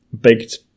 baked